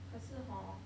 可是 hor